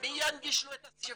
מי ינגיש לו את השירות?